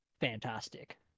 fantastic